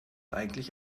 eigentlich